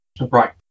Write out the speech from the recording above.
Right